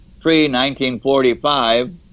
pre-1945